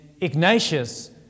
Ignatius